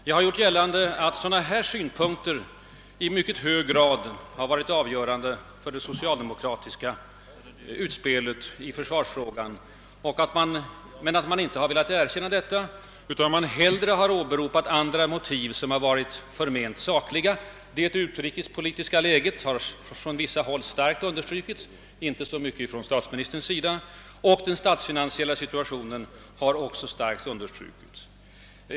Jag har gjort gällande att sådana här synpunkter i mycket hög grad har varit av görande för det socialdemokratiska utspelet i försvarsfrågan, men att man inte har velat erkänna detta, utan att man hellre har velat åberopa andra motiv som har varit förment sakliga. Det utrikespolitiska läget har från vissa håll starkt understrukits, inte så mycket från statsministerns sida som från annat håll, och den statsfinansiella situationen har också starkt understrukits.